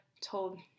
told